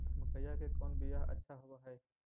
मकईया के कौन बियाह अच्छा होव है?